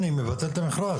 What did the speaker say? אני מבטל את המכרז.